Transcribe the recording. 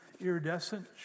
iridescent